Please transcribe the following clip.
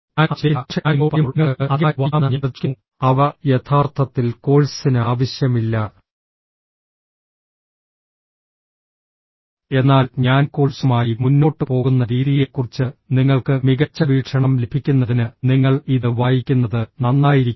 ഞാൻ അത് ചെയ്തേക്കില്ല പക്ഷേ ഞാൻ നിങ്ങളോട് പറയുമ്പോൾ നിങ്ങൾക്ക് ഇത് അധികമായി വായിക്കാമെന്ന് ഞാൻ പ്രതീക്ഷിക്കുന്നു അവ യഥാർത്ഥത്തിൽ കോഴ്സിന് ആവശ്യമില്ല എന്നാൽ ഞാൻ കോഴ്സുമായി മുന്നോട്ട് പോകുന്ന രീതിയെക്കുറിച്ച് നിങ്ങൾക്ക് മികച്ച വീക്ഷണം ലഭിക്കുന്നതിന് നിങ്ങൾ ഇത് വായിക്കുന്നത് നന്നായിരിക്കും